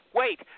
wait